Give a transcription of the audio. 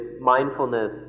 mindfulness